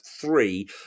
three